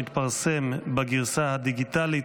שמתפרסם בגרסה הדיגיטלית,